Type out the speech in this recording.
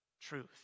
truth